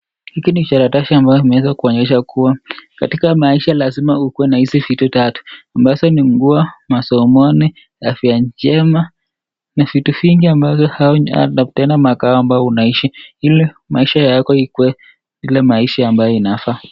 Hiki ni karatasi ambayo imeweza kuonyesha kuwa katika maisha lazima ukiwe na hizi vitu tatu, nazo ni nguo, masomoni, afya njema , na vitu vingi ambavyo vinapeana makao ambayo unaishi, ili maisha yako ikiwe ile maisha ambayo inafaa.